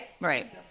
Right